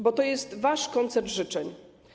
Bo to jest wasz koncert życzeń.